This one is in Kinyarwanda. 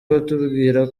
watubwira